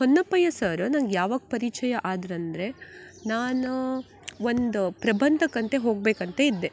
Honnappayya sir ನಂಗೆ ಯಾವಾಗ ಪರಿಚಯ ಆದ್ರಂದರೆ ನಾನು ಒಂದು ಪ್ರಬಂಧಕಂತ ಹೋಗಬೇಕಂತ ಇದ್ದೆ